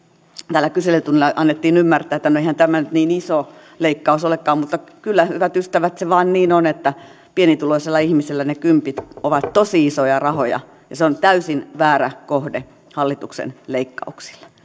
täällä kyselytunnilla annettiin ymmärtää että eihän tämä nyt niin iso leikkaus olekaan mutta kyllä hyvät ystävät se vain niin on että pienituloisella ihmisellä ne kympit ovat tosi isoja rahoja ja se on täysin väärä kohde hallituksen leikkauksille